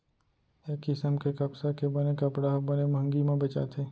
ए किसम के कपसा के बने कपड़ा ह बने मंहगी म बेचाथे